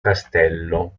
castello